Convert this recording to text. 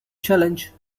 challenge